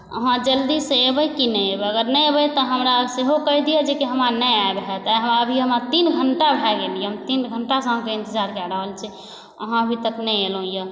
अहाँ जल्दी से एबै कि नहि एबै अगर नहि एबै तऽ हमरा सेहो कहि दिअ कि हमरा नहि आयल होयत किआकि अभी हमरा तीन घण्टा भए गेल यऽ तीन घण्टा से अहाँकेॅं इन्तजार कए रहल छी अहाँ अभी तक नहि एलहुँ यऽ